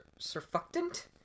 surfactant